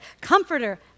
comforter